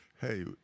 hey